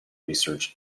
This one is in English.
research